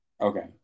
Okay